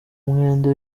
mwenda